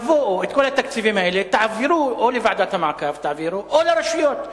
תבואו ואת כל התקציבים האלה תעבירו לוועדת המעקב או לרשויות,